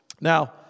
Now